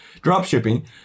Dropshipping